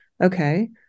Okay